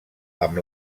amb